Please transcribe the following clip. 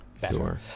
better